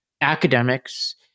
academics